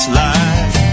life